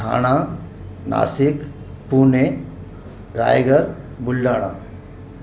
Thane Nashik Pune Raigad Buldhana